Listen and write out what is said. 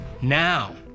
Now